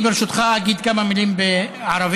אני ברשותך אגיד כמה מילים בערבית.